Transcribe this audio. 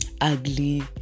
ugly